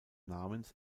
namens